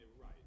right